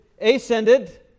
ascended